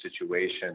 situation